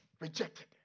rejected